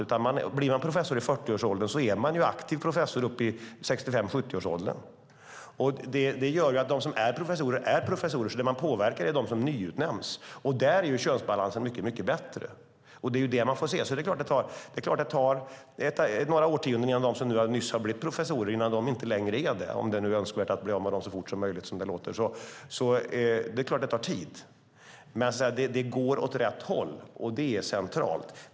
Om man blir professor i 40-årsåldern är man aktiv professor upp i 65-70-årsåldern. De som är professorer är professorer. Det man kan påverka är de som nyutnämns. Där är könsbalansen mycket bättre. Det tar naturligtvis några årtionden innan de som nyss har blivit professorer inte längre är det, om det nu är önskvärt att bli av med dem så fort som möjligt som det låter. Det går åt rätt håll, och det är centralt.